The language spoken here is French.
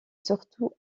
surtout